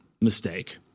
mistake